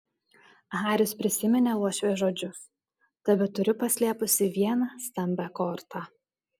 haris prisiminė uošvės žodžius tebeturiu paslėpusi vieną stambią kortą